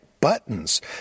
buttons